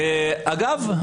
אגב,